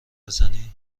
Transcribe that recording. بزنی